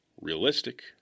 realistic